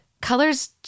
colors